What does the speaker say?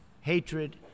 hatred